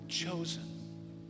chosen